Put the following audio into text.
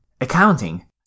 Accounting